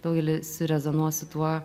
daugeliui surezonuos su tuo